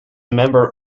member